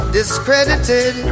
Discredited